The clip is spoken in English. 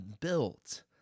built